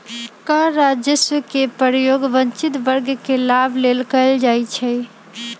कर राजस्व के प्रयोग वंचित वर्ग के लाभ लेल कएल जाइ छइ